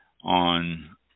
on